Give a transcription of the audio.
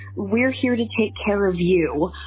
we're here to take care of you.